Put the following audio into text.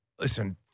listen